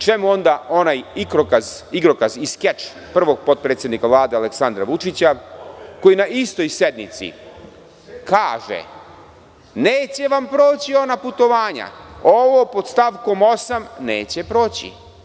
Čemu onda onaj igrokaz i skeč prvog potpredsednika Vlade, Aleksandra Vučića, koji na istoj sednici kaže – neće vam proći ona putovanja, ovo pod stavkom osam neće proći?